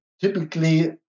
typically